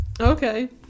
Okay